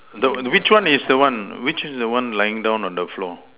the which one is the one which is the one lying down on the floor